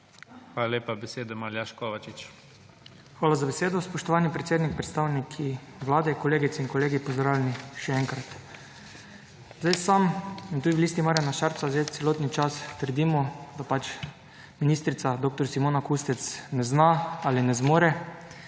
**ALJAŽ KOVAČIČ (PS LMŠ):** Hvala za besedo, spoštovani predsednik. Predstavniki Vlade, kolegice in kolegi, pozdravljeni še enkrat. Sedaj sam in tudi v Listi Marjana Šarca že celotni čas trdimo, da pač ministrica, dr. Simona Kustec, ne zna ali ne zmore